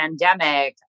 pandemic